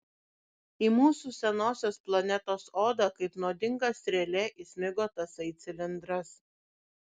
į mūsų senosios planetos odą kaip nuodinga strėlė įsmigo tasai cilindras